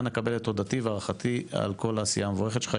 אנא קבל את תודתי על כל העשייה המבורכת שלך.